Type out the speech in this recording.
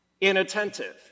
inattentive